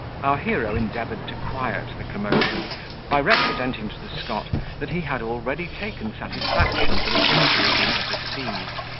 our hero endeavoured to quiet the commotion by representing to the scot that he had already taken satisfaction for the injury he had received,